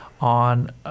on